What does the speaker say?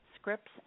scripts